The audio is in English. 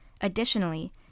Additionally